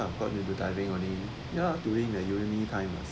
I've got into diving only ya during the uni time